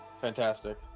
fantastic